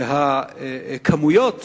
שהכמויות